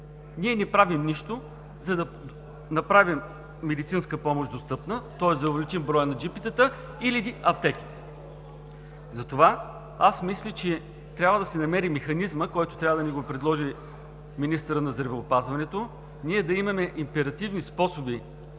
Ние не правим нищо, за да направим достъпна медицинската помощ, тоест да увеличим броя на джипитата или аптеките. Затова аз мисля, че трябва да се намери механизъм, който трябва да ни го предложи министърът на здравеопазването, ние да имаме императивни способи